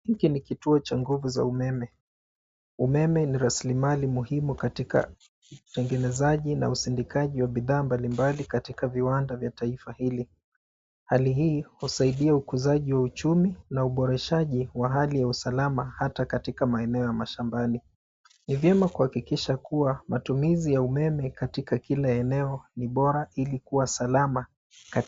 Hiki ni kituo cha nguvu za umeme. Umeme ni raslimali muhimu katika utengenezaji na usindikaji wa bidhaa mbalimbali katika viwanda vya taifa hili. Hali hii husaidia ukuzaji wa uchumi na uboreshaji wa hali ya usalama hata katika maeneo ya mashambani. Ni vyema kuhakikisha kuwa matumizi ya umeme katika kila eneo ni bora ili kuwa salama ka.